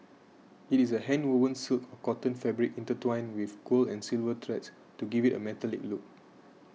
it is a handwoven silk or cotton fabric intertwined with gold and silver threads to give it a metallic look